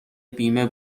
بیمه